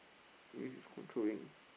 maybe he's controlling